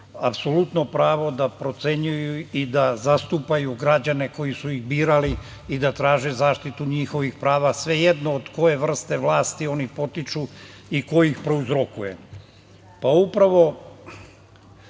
apsolutno pravo da procenjuju i da zastupaju građane koji su ih birali i da traže zaštitu njihovih prava svejedno od koje vrste vlasti oni potiču i ko ih prouzrokuje. Upravo